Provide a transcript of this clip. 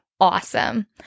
awesome